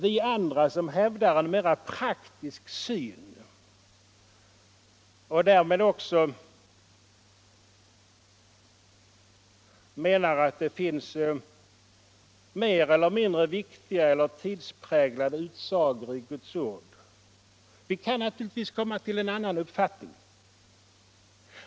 Vi andra som hävdar en mera praktisk syn, och därmed också menar att det finns mer eller mindre viktiga eller tidspräglade utsagor i Guds ord, kan naturligtvis komma till en annan uppfattning.